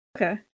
Okay